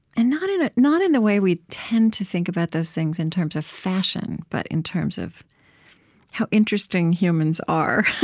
and not in ah not in the way we tend to think about those things in terms of fashion, but in terms of how interesting humans are,